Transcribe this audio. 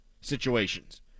situations